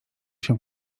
się